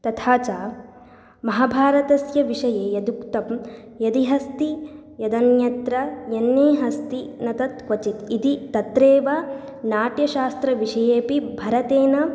तथा च महाभारतस्य विषये यदुक्तं यदिहस्ति यदन्यत्र यन्नेहस्ति न तत्क्वचित् इति तत्रैव नाट्यशास्त्रविषयेऽपि भरतेन